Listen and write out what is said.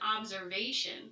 observation